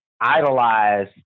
idolize